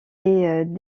est